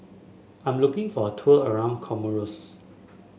I am looking for a tour around Comoros